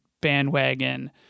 bandwagon